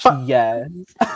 yes